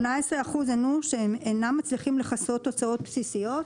18% ענו שהם אינם מצליחים לכסות הוצאות בסיסיות.